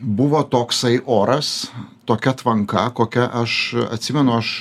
buvo toksai oras tokia tvarka kokia aš atsimenu aš